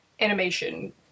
animation